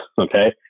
Okay